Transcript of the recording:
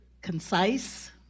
concise